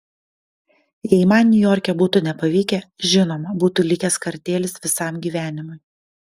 jei man niujorke būtų nepavykę žinoma būtų likęs kartėlis visam gyvenimui